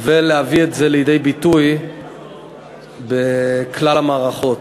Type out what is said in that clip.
ולהביא את זה לידי ביטוי בכלל המערכות.